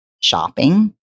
shopping